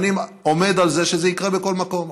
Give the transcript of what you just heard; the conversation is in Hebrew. אני עומד על זה שזה יקרה בכל מקום.